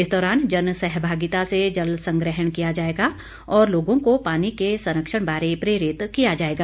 इस दौरान जन सहभागिता से जल संग्रहण किया जाएगा और लोगों को पानी के संरक्षण बारे प्रेरित किया जाएगा